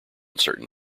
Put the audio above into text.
certain